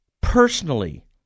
personally